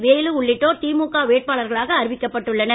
வேலு உள்ளிட்டோர் திமுக வேட்பாளர்களாக அறிவிக்கப் பட்டுள்ளனர்